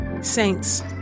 Saints